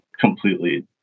completely